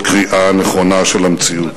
תפטר את שר החוץ שלך,